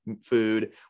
food